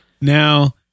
now